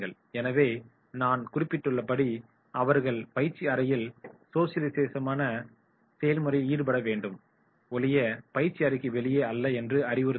எனவே நான் குறிப்பிட்டுள்ளபடி அவர்கள் பயிற்சி அறையில் சோசியலிசேஷமான சோசியலிசத்தின் செயல்முறையில் ஈடுபட வேண்டுமே ஒழிய பயிற்சி அறைக்கு வெளியே அல்ல என்று அறிவுறுத்த வேண்டும்